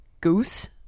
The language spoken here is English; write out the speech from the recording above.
goose